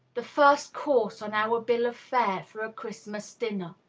the first course on our bill of fare for a christmas dinner.